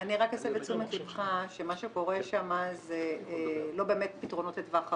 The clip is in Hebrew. אני רק אסב את תשומת לבך שמה שקורה שם זה לא באמת פתרונות לטווח ארוך.